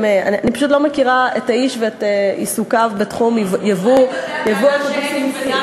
אני פשוט לא מכירה את האיש ואת עיסוקיו בתחום ייבוא אוטובוסים מסין.